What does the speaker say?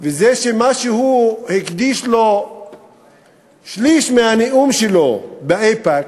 שהדבר שהוא הקדיש לו שליש מהנאום שלו באיפא"ק,